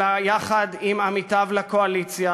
אלא, יחד עם עמיתיו לקואליציה,